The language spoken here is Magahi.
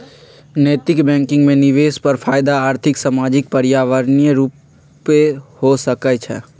नैतिक बैंकिंग में निवेश पर फयदा आर्थिक, सामाजिक, पर्यावरणीय रूपे हो सकइ छै